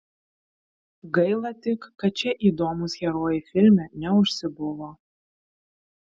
gaila tik kad šie įdomūs herojai filme neužsibuvo